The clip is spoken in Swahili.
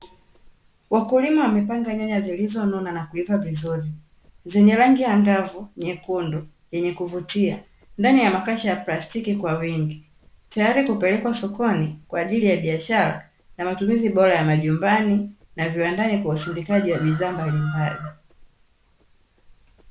Wakulima wamepanga nyanya zilizonona na kuiva vizuri, zenye rangi ya angavu, nyekundu, yenye kuvutia, ndani ya makasha ya plastiki kwa wingi, tayari kupelekwa sokoni kwa ajili ya biashara na matumizi bora ya majumbani na viwandani kwa usindikaji wa bidhaa mbalimbali.